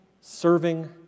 serving